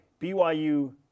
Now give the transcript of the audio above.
BYU